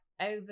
over